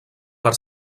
per